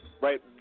right